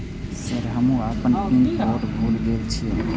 Sir हमू अपना pin code भूल गेल जीये?